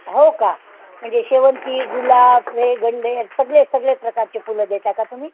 हो का म्हणजे शेवंती गुलाब हे गंडे सगळे सगळे प्रकारचे फुलं देता का तुम्ही